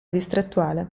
distrettuale